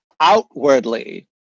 outwardly